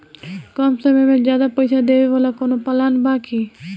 कम समय में ज्यादा पइसा देवे वाला कवनो प्लान बा की?